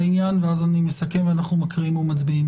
לאחר מכן אני אסכם, נקריא ונצביע.